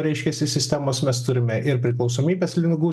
reiškiasi sistemos mes turime ir priklausomybės ligų